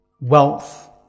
Wealth